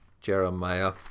jeremiah